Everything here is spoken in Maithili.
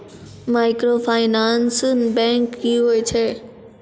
माइक्रोफाइनांस बैंक की होय छै?